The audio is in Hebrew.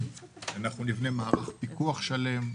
לכן נבנה מערך פיקוח שלם.